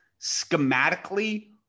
schematically